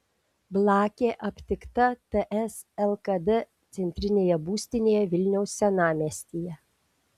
blakė aptikta ts lkd centrinėje būstinėje vilniaus senamiestyje